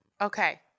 Okay